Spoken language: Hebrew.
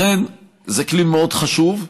זה כלי מאוד חשוב,